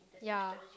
ya